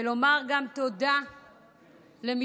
ולומר גם תודה למשפחתו,